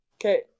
Okay